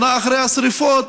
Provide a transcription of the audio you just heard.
שנה אחרי השרפות,